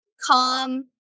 calm